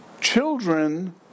children